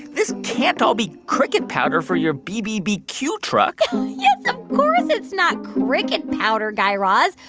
this can't all be cricket powder for your bbbq truck yes, of course it's not cricket powder, guy raz.